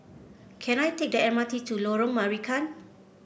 can I take M R T to Lorong Marican